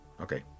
Okay